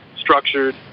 structured